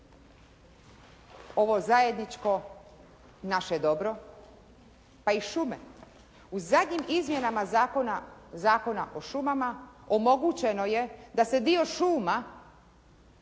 ovo zajedničko naše dobro, pa i šume. U zadnjim izmjenama Zakona o šumama omogućeno je da se dio šuma